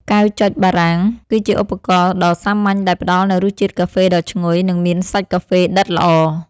កែវចុចបារាំង គឺជាឧបករណ៍ដ៏សាមញ្ញដែលផ្ដល់នូវរសជាតិកាហ្វេដ៏ឈ្ងុយ និងមានសាច់កាហ្វេដិតល្អ។